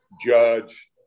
judge